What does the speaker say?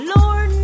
Lord